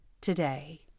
Today